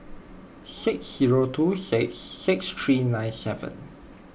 six zero two six six three nine seven